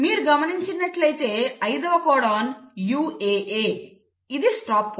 మీరు గమనించినట్లయితే ఐదవ కోడాన్ UAA ఇది స్టాప్ కోడాన్